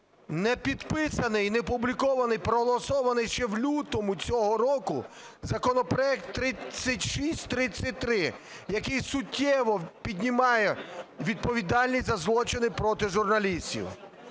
не підписаний і не опублікований проголосований ще в лютому цього року законопроект 3633, який суттєво піднімає відповідальність за злочини проти журналістів.